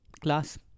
class